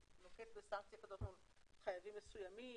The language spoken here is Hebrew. נוקט בסנקציה כזאת מול חייבים מסוימים,